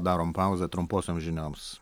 darom pauzę trumposioms žinioms